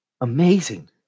amazing